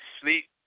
sleep